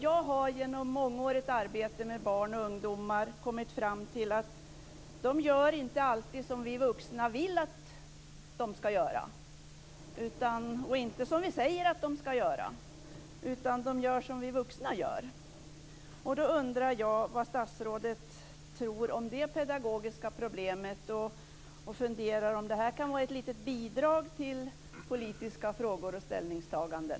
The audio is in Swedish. Jag har genom mångårigt arbete med barn och ungdomar kommit fram till att de inte alltid gör som vi vuxna vill att de skall göra och inte som vi säger att de skall göra. De gör som vi vuxna gör. Jag undrar i min följdfråga vad statsrådet tror om det pedagogiska problemet och funderar över om det här kan vara ett litet bidrag till politiska frågor och ställningstaganden.